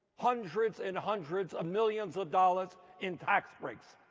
hundreds and hundreds of millions of dollars in tax breaks.